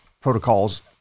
protocols